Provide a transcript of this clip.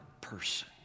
person